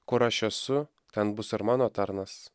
kur aš esu ten bus ar mano tarnas